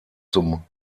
zum